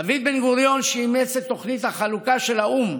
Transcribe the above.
דוד בן-גוריון, שאימץ את תוכנית החלוקה של האו"ם